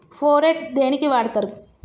Phorate దేనికి వాడుతరు?